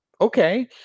okay